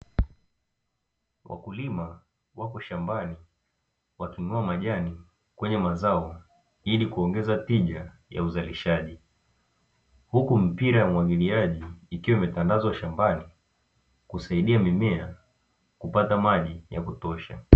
Wakulima wapo shambani waking'oa majani kwenye mazao ili kuongeza tija ya uzlishaji, huku mipira ikiwa imetandazwa shambani kusaidia mimea kupata maji ya kutosha.